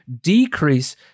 decrease